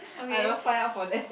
I will sign up for that